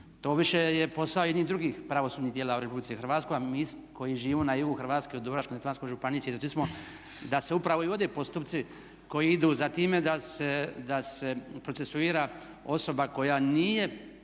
To više je posao jednih drugih pravosudnih tijela u RH, a mi koji živimo na jugu Hrvatske u Dubrovačko-neretvanskoj županiji svjedoci smo da se upravo i vode postupci koji idu za time da se procesuira osoba koja nije